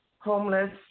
homeless